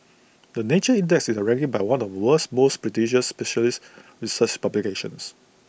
the nature index is A ranking by one of the world's most prestigious specialist research publications